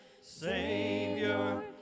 Savior